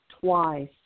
twice